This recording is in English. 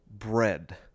Bread